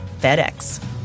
FedEx